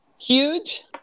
Huge